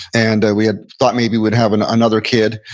and we had thought maybe we'd have and another kid.